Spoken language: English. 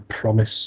promise